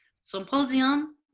Symposium